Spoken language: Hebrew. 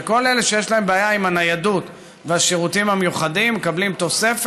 וכל אלה שיש להם בעיה עם הניידות והשירותים המיוחדים מקבלים תוספת,